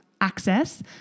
access